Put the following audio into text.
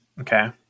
Okay